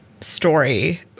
story